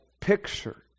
picture